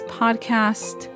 podcast